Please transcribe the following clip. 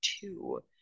two